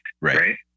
Right